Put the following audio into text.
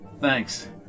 Thanks